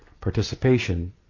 participation